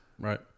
Right